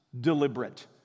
deliberate